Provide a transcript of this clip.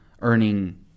earning